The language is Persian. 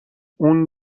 اون